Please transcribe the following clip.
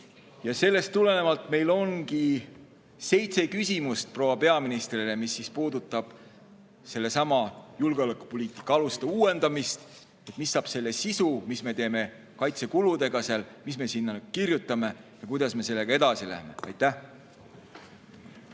Sellest tulenevalt meil ongi seitse küsimust proua peaministrile, mis puudutavad sellesama julgeolekupoliitika aluste uuendamist: mis saab [olema] selle sisu, mida me teeme seal kaitsekuludega, mis me sinna kirjutame, ja kuidas me sellega edasi läheme? Aitäh!